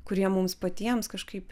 kurie mums patiems kažkaip